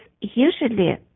usually